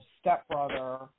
stepbrother